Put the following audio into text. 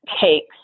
takes